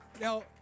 Now